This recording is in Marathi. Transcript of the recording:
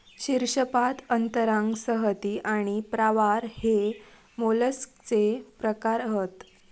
शीर्शपाद अंतरांग संहति आणि प्रावार हे मोलस्कचे प्रकार हत